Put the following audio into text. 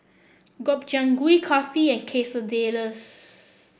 Gobchang Gui Kulfi and Quesadillas